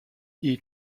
hit